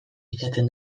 izaten